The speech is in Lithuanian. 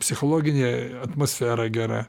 psichologinė atmosfera gera